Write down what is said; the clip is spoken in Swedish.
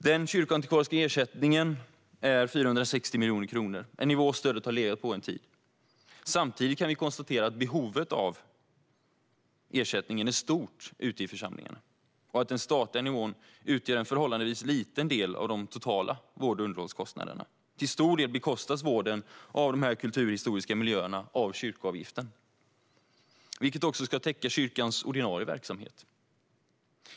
Den kyrkoantikvariska ersättningen är 460 miljoner kronor, en nivå som stödet har legat på en tid. Vi ser samtidigt att behovet av ersättningen är stort ute i församlingarna och att den statliga nivån utgör en förhållandevis liten del av de totala vård och underhållskostnaderna. Till stor del bekostas vården av de kulturhistoriska miljöerna av kyrkoavgiften, vilken också ska täcka kyrkans ordinarie verksamhet.